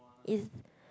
is